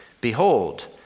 Behold